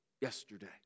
yesterday